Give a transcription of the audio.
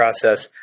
process